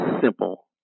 simple